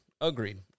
Agreed